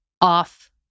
off